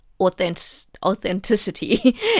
authenticity